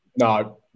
No